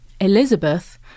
Elizabeth